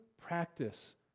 practice